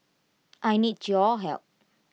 I need your help